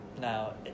Now